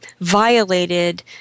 violated